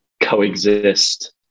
coexist